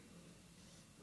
האישיים.